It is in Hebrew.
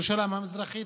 ירושלים המזרחית,